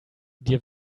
dir